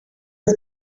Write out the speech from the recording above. his